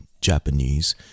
Japanese